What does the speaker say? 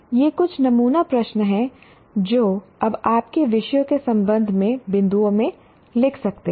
ये कुछ नमूना प्रश्न हैं जो अब आपके विषयों के संबंध में बिंदुओं में लिख सकते हैं